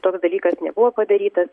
toks dalykas nebuvo padarytas